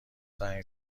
زنگ